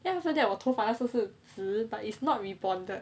then after that 我头发那时候还是直 but it's not rebonded